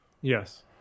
Yes